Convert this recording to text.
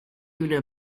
una